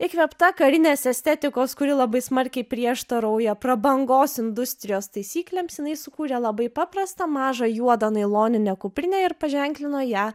įkvėpta karinės estetikos kuri labai smarkiai prieštarauja prabangos industrijos taisyklėms jinai sukūrė labai paprastą mažą juodą nailoninę kuprinę ir paženklino ją